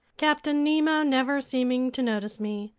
captain nemo never seeming to notice me.